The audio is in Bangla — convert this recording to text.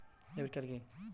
ডেবিট কার্ড কি?